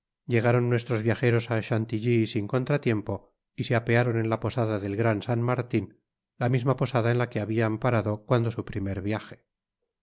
llegaron nuestros viajeros á chantilly sin contratiempo y se apearon en la posada del gran san martin la misma posada en la que habian parado cuando su primer viaje